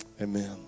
Amen